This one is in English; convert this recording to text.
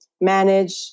manage